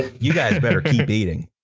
ah you guys better keep eating.